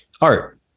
art